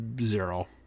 zero